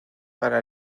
para